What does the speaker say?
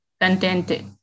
contented